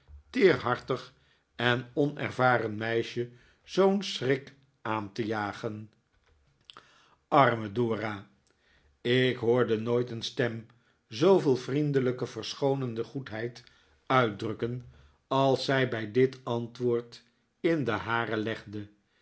teerhartig en onervaren meisje zoo'n schrik aan te jagen arme dora ik hoorde nooit een stem zooveel vriendelijke verschoonende goedheid uitdrukken als zij bij dit antwoord in de hare legde